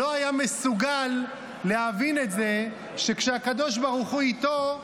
לא היה מסוגל להבין את זה שכשהקדוש ברוך הוא איתו,